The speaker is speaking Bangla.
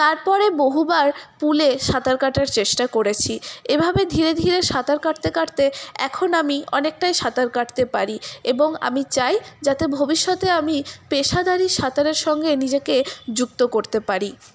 তারপরে বহুবার পুলে সাঁতার কাটার চেষ্টা করেছি এভাবে ধীরে ধীরে সাঁতার কাটতে কাটতে এখন আমি অনেকটাই সাঁতার কাটতে পারি এবং আমি চাই যাতে ভবিষ্যতে আমি পেশাদারি সাঁতারের সঙ্গে নিজেকে যুক্ত করতে পারি